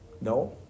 No